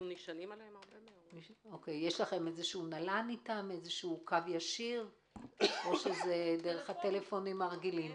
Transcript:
יש לכם אתם קו ישיר או דרך הקו הרגיל?